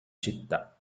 città